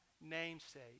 namesake